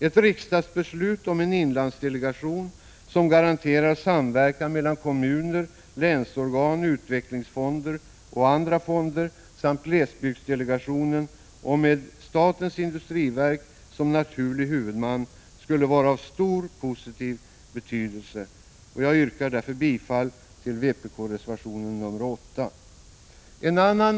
Ett riksdagsbeslut om en inlandsdelegation som garanterar samverkan mellan kommuner, länsorgan, utvecklingsfonder och andra fonder samt glesbygdsdelegationen och med statens industriverk som naturlig huvudman skulle vara av stor positiv betydelse. Jag yrkar därför bifall till vpk-reservationen nr 8.